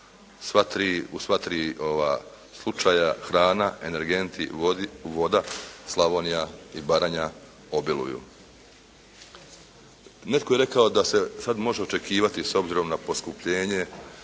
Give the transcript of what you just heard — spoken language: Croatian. u sva tri slučaja hrana, energenti, voda Slavonija i Baranja obiluju. Netko je rekao da se sada može očekivati s obzirom na poskupljenje